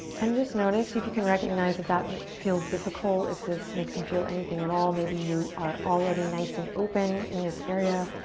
and just notice, see if you can recognize if that feels difficult, if this makes you feel anything at all. maybe you are already nice and open in this area.